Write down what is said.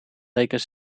leken